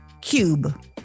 Cube